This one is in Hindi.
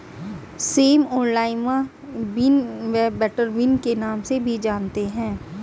सेम को लाईमा बिन व बटरबिन के नाम से भी जानते हैं